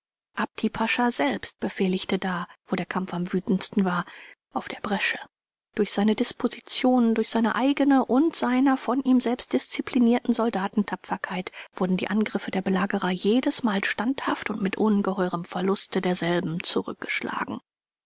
apti pascha selbst befehligte da wo der kampf am wütendsten war auf der bresche durch seine dispositionen durch seine eigene und seiner von ihm selbst disziplinierten soldaten tapferkeit wurden die angriffe der belagerer jedesmal standhaft und mit ungeheurem verluste derselben zurückgeschlagen